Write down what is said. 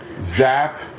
zap